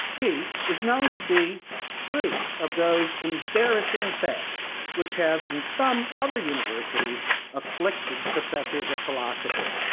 he is known to be free of those embarrassing fads which have in some other universities afflicted professors of philosophy,